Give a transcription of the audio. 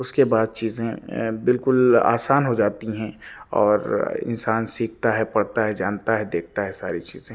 اس کے بعد چیزیں بالکل آسان ہو جاتی ہیں اور انسان سیکھتا ہے پڑھتا ہے جانتا ہے دیکھتا ہے ساری چیزیں